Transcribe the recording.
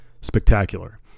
spectacular